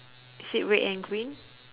is it red and green